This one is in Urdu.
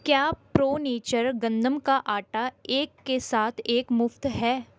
کیا پرو نیچر گندم کا آٹا ایک کے ساتھ ایک مفت ہے